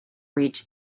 reach